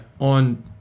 on